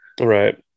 Right